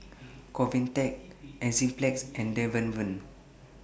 Convatec Enzyplex and Dermaveen